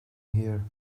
here